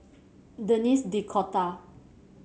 Denis D'Cotta